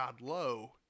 low